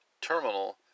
terminal